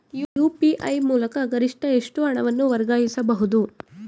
UPI ಮೂಲಕ ಗರಿಷ್ಠ ಎಷ್ಟು ಹಣವನ್ನು ವರ್ಗಾಯಿಸಬಹುದು?